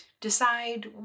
decide